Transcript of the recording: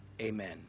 Amen